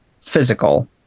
physical